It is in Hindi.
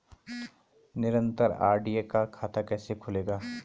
निरन्तर आर.डी का खाता कैसे खुलेगा?